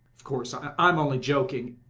of course i am only joking,